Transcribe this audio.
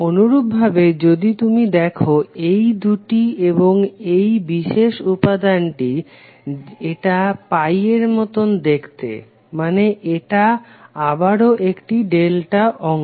অনুরূপভাবে যদি তুমি দেখো এইদুটি এবং এই বিশেষ উপাদানটি এটা পাই এর মতো দেখতে মানে এটা আবারও একটি ডেল্টা অংশ